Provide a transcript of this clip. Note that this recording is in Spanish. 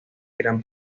gran